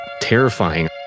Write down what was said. terrifying